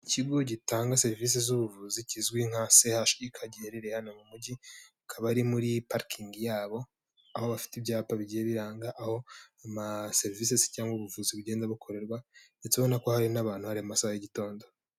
Ikigo gitanga serivisi z'ubuvuzi kizwi nka CHUK giherereye hano mu mujyi, hakaba ari muri parikingi yabo, aho bafite ibyapa bigiye biranga aho amaserivise cyangwa ubuvuzi bugenda bukorerwa ndetse ubona ko hari n'abantu, hari mu masaha y'igitondo.